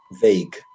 vague